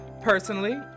Personally